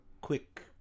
quick